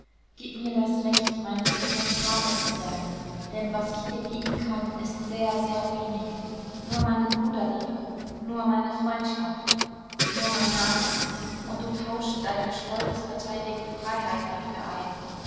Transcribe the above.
gib mir das recht meines sohnes vater zu sein denn was ich dir bieten kann ist sehr sehr wenig nur meine bruderliebe nur meine freundschaft nur mein name und du tauschst deine stolz verteidigte freiheit dafür ein